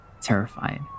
terrified